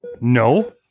No